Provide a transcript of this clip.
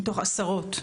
מתוך עשרות.